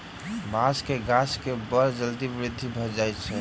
बांसक गाछ के बड़ जल्दी वृद्धि भ जाइत अछि